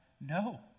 No